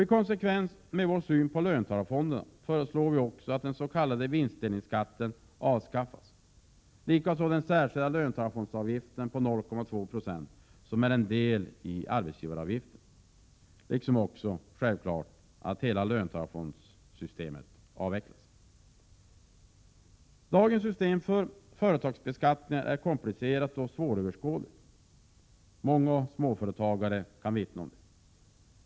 I konsekvens med vår syn på löntagarfonderna föreslår vi att den s.k. vinstdelningsskatten avskaffas, likaså den särskilda löntagarfondsavgiften på 0,2 20, som är en del av arbetsgivaravgiften — liksom självfallet också att hela löntagarfondssystemet avvecklas. Dagens system för företagsbeskattningen är komplicerat och svåröverskådligt, vilket många småföretagare kan omvittna.